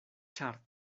ĉar